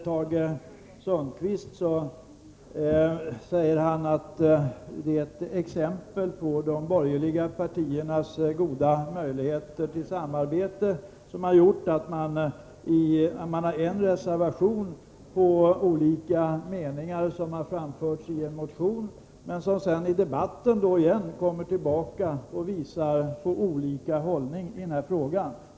Tage Sundkvist säger att vi här har ett exempel på de borgerliga partiernas goda möjligheter till samarbete, som lett till en gemensam reservation, grundad på olika meningar som har framförts i motioner. Men här i debatten kommer man tillbaka och visar att man har olika hållning i den här frågan.